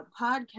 podcast